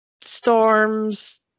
storms